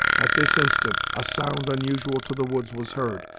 at this instant a sound unusual to the woods was heard,